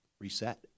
reset